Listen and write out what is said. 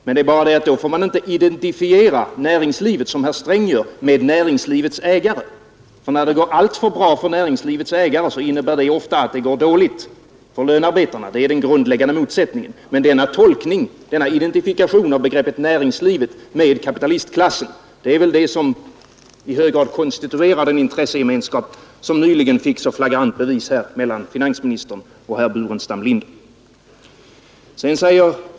Men då får man inte som herr Sträng gör identifiera näringslivet med näringslivets ägare; går det alltför bra för näringslivets ägare innebär det ofta att det går dåligt för lönearbetarna. Det är den grundläggande motsättningen. Men denna identifiering av näringslivet med kapitalistklassen är väl det som i hög grad konstituerar den intressegemenskap mellan finansministern och herr Burenstam Linder som nyligen fick ett så flagrant uttryck här.